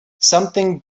something